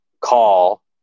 call